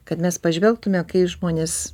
kad mes pažvelgtume kai žmonės